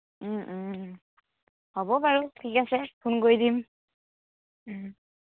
হ'ব বাৰু ঠিক আছে ফোন কৰি দিম